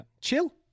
Chill